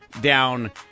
down